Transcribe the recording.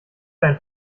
ein